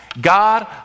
God